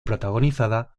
protagonizada